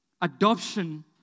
Adoption